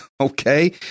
okay